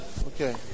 Okay